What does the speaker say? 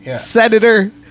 Senator